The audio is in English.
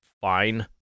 Fine